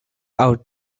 out